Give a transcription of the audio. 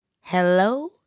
Hello